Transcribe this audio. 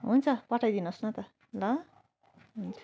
हुन्छ पठाइदिनुहोस् न त ल